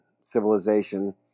civilization